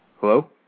Hello